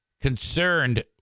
Concerned